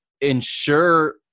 ensure